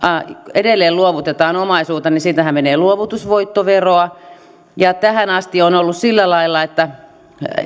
edelleen luovutetaan omaisuutta niin siitähän menee luovutusvoittoveroa tähän asti on ollut sillä lailla että